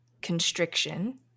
constriction